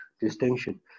distinction